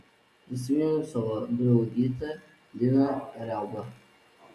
prisiminiau savo draugą gydytoją liną riaubą